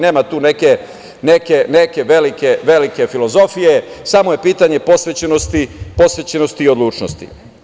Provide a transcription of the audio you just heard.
Nema tu neke velike filozofije, samo je pitanje posvećenosti i odlučnosti.